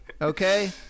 okay